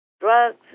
drugs